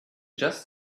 just